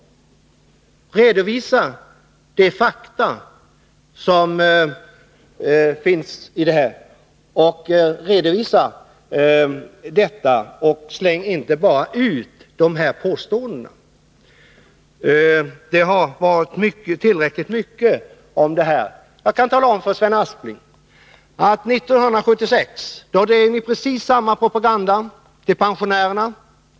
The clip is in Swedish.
Redovisa fakta och släng inte bara ut påståenden! Det har varit tillräckligt mycket av sådant. Jag kan tala om för Sven Aspling att ni 1976 drev precis samma propaganda gentemot pensionärerna.